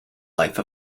life